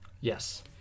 Yes